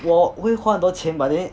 我会花很多钱 but then